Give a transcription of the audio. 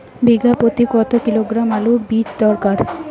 বিঘা প্রতি কত কিলোগ্রাম আলুর বীজ দরকার?